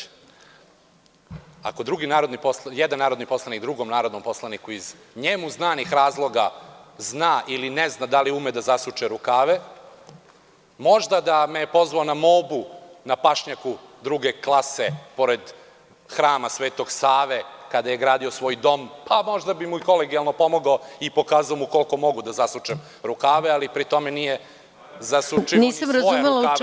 Ako jedan narodni poslanik drugom narodnom poslaniku iz njemu znanih razloga zna ili ne zna da li ume da zasuče rukave, možda da me je pozvao na mobu na pašnjaku druge klase pored Hrama Svetog Save, kada je gradio svoj dom, pa možda bih mu kolegijalno pomogao i pokazao mu koliko mogu da zasučem rukave, ali pri tome nije zasukao ni svoje rukave, a kamoli druge.